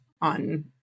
on